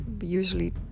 usually